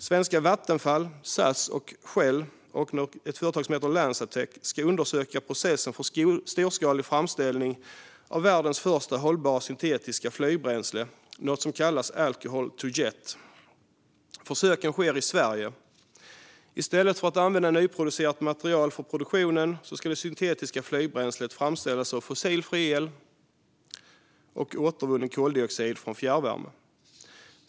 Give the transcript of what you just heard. Svenska Vattenfall, SAS, Shell och Lanzatech ska undersöka processen för storskalig framställning av världens första hållbara syntetiska flygbränsle med något som kallas Alcohol to Jet. Försöken sker i Sverige. I stället för att använda nyproducerat material för produktionen ska det syntetiska flygbränslet framställas av fossilfri el och återvunnen koldioxid från fjärrvärme.